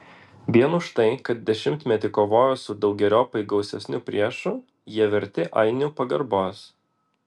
vien už tai kad dešimtmetį kovojo su daugeriopai gausesniu priešu jie verti ainių pagarbos